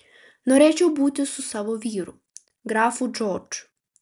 norėčiau būti su savo vyru grafu džordžu